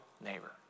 neighbor